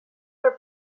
per